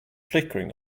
flickering